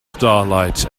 starlight